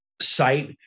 site